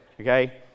okay